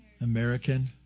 American